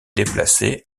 déplacée